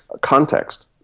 context